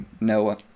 Noah